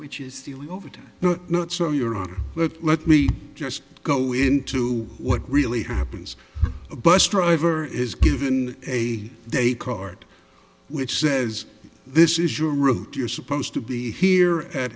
which is the overt but not so your honor but let me just go into what really happens a bus driver is given a day card which says this is your route you're supposed to be here at